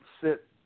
sit